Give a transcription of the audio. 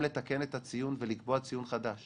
המכללות היו קיימות מאז ומתמיד, זה לא משהו חדש.